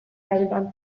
lanetan